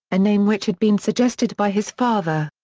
a name which had been suggested by his father.